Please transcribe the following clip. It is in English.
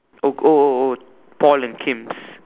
oh oh oh oh Paul and Kim's